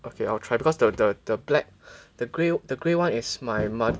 okay I'll try because the the the black the grey the grey one is my mother